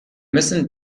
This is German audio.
müssen